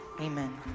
amen